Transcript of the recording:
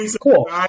cool